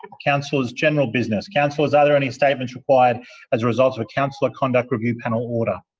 councillors, general business. councillors are there any statements required as a result of a councillor conduct review panel order?